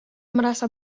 merasa